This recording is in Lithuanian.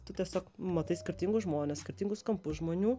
tu tiesiog matai skirtingus žmones skirtingus kampus žmonių